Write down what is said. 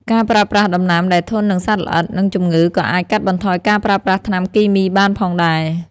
ការប្រើប្រាស់ដំណាំដែលធន់នឹងសត្វល្អិត និងជំងឺក៏អាចកាត់បន្ថយការប្រើប្រាស់ថ្នាំគីមីបានផងដែរ។